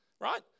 right